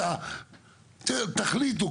תחליטו,